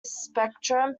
spectrum